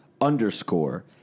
Underscore